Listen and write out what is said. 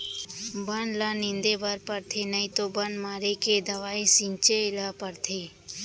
बन ल निंदे बर परथे नइ तो बन मारे के दवई छिंचे ल परथे